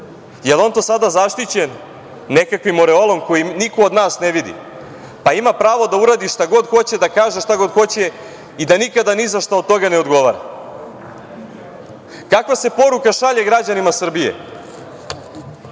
li je on to sada zaštićen nekakvim oreolom koji niko od nas ne vidi, pa ima pravo da uradi šta god hoće i kaže šta god hoće i da nikada ni za šta od toga ne odgovara? Kakva se poruka šalje građanima Srbije